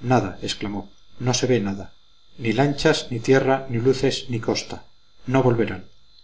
nada exclamó no se ve nada ni lanchas ni tierra ni luces ni costa no volverán